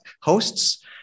hosts